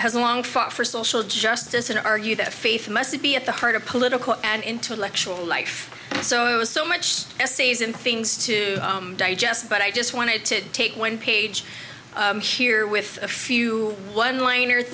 has long fought for social justice and argued that faith must be at the heart of political and intellectual life so it was so much a season things to digest but i just wanted to take one page here with a few one